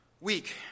week